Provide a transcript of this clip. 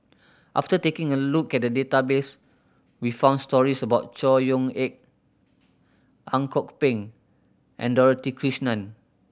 after taking a look at the database we found stories about Chor Yeok Eng Ang Kok Peng and Dorothy Krishnan